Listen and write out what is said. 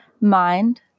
mind